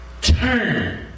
turn